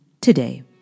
today